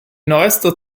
neuester